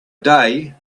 day